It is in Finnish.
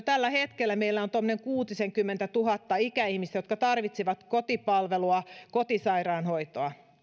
tällä hetkellä meillä on tuommoinen kuutisenkymmentäuhatta ikäihmistä jotka tarvitsevat kotipalvelua kotisairaanhoitoa niin